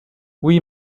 oui